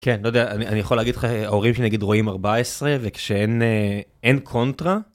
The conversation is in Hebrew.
כן, לא יודע, אני יכול להגיד לך, ההורים שלי נגיד רואים 14 וכשאין קונטרה.